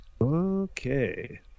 okay